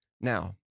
Now